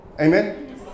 Amen